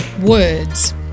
Words